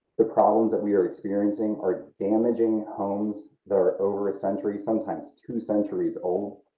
the problems that we are experiencing are damaging homes that are over a century, sometimes two centuries old.